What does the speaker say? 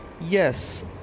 Yes